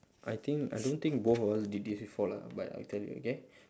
I think I don't think both of us did this before lah but I tell you okay